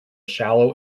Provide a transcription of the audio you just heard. shallow